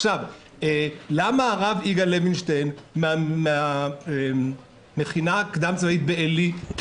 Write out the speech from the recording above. למה הרב יגאל לווינשטיין מן המכינה הקדם צבאית בעלי,